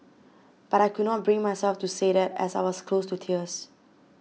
but I could not bring myself to say that as I was close to tears